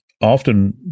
often